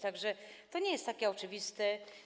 Tak że to nie jest takie oczywiste.